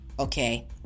Okay